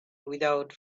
without